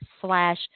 slash